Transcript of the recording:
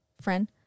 friend